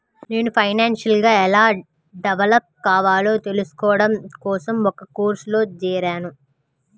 నేను ఫైనాన్షియల్ గా ఎలా డెవలప్ కావాలో తెల్సుకోడం కోసం ఒక కోర్సులో జేరాను